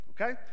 Okay